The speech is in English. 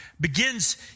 begins